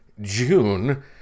June